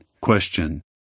Question